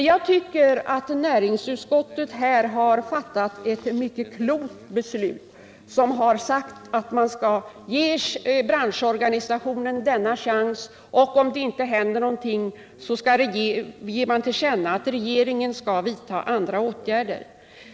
Jag tycker att näringsutskottet här fattat ett mycket klokt beslut när det sagt att man skall ge branschorganisationen denna chans — och om ingenting händer ger man till känna att regeringen skall vidta andra åtgärder.